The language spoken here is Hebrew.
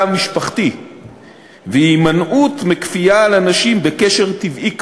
המשפחתי והימנעות מכפייה על אנשים בקשר טבעי קרוב,